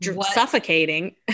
Suffocating